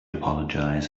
apologize